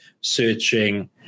searching